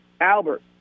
Albert